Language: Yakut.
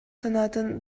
санаатын